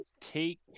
take